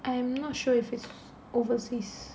I am not sure if it's overseas